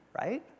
right